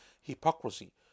hypocrisy